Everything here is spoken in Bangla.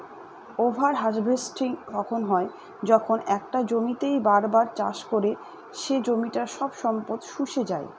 ওভার হার্ভেস্টিং তখন হয় যখন একটা জমিতেই বার বার চাষ করে সে জমিটার সব সম্পদ শুষে যাই